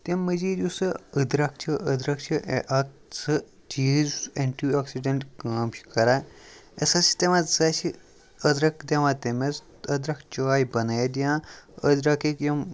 تمہِ مٔزیٖد یُس سُہ أدرَک چھِ أدرَک چھِ اَکھ سُہ چیٖز یُس اٮ۪نٹی آکسِڈٮ۪نٛٹ کٲم چھِ کَران أسۍ ہَسا چھِ دِوان ژاسہِ أدرَک دِوان تٔمِس تہٕ أدرَک چاے بَنٲوِتھ یا أدرَکٕکۍ یِم